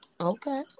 Okay